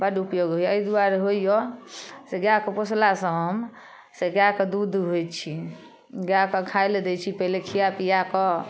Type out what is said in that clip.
बड़ उपयोग होइए अइ दुआरे होइए से गैआ के पोसलासँ हम से गैआके दूध दूहै छी गैआके खाय लऽ दै छी पहिले खिआ पिआके